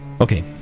okay